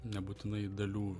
nebūtinai dalių